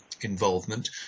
involvement